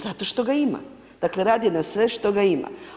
Zato što ga ima, dakle, radi na sve što ga ima.